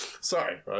Sorry